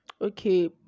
Okay